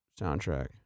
soundtrack